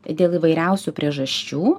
dėl įvairiausių priežasčių